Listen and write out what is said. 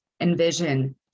envision